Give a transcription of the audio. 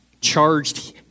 charged